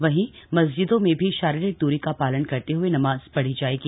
वहीं मस्जिदों में भी शारीरिक दूरी का पालन करते हुए नमाज पढ़ी जाएगी